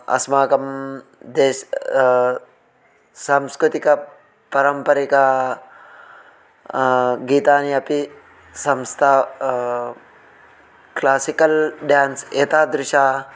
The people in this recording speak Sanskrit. अस्माकं देशः सांस्कृतिक पारम्परिकानि गीतानि अपि संस्थाप्य क्लासिकल् डेन्स् एतादृशानि